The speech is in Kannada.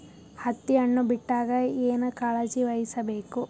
ಹತ್ತಿ ಹಣ್ಣು ಬಿಟ್ಟಾಗ ಏನ ಕಾಳಜಿ ವಹಿಸ ಬೇಕು?